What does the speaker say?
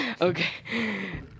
Okay